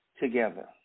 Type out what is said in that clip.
together